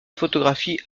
photographie